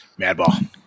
Madball